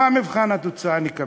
מה במבחן התוצאה נקבל?